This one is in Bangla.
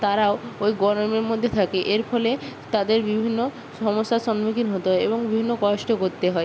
তারাও ওই গরমের মধ্যে থাকে এর ফলে তাদের বিভিন্ন সমস্যার সম্মুখীন হতে হয় এবং বিভিন্ন কষ্ট করতে হয়